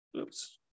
Oops